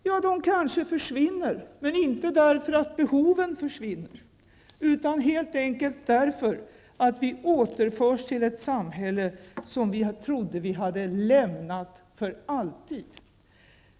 Ja, köerna kanske försvinner, men inte därför att behoven försvinner utan helt enkelt därför att vi återförs till ett samhälle som vi trodde att vi hade lämnat för alltid.